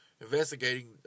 investigating